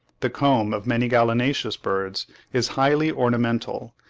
the comb of many gallinaceous birds is highly ornamental,